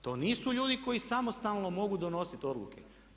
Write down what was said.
To nisu ljudi koji samostalno mogu donositi odluke.